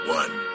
one